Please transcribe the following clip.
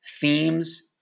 themes